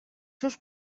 seus